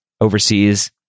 overseas